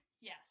Yes